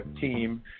team